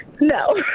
No